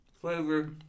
Flavor